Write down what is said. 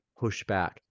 pushback